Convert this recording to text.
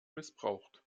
missbraucht